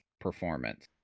performance